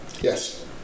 Yes